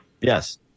Yes